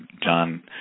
John